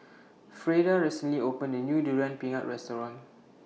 Freida recently opened A New Durian Pengat Restaurant